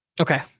Okay